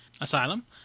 asylum